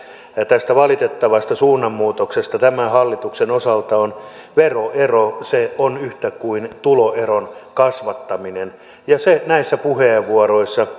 tästä valitettavasta suunnanmuutoksesta tämän hallituksen osalta on veroero se on yhtä kuin tuloeron kasvattaminen ja se näissä puheenvuoroissa